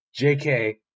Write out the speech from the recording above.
JK